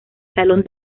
salón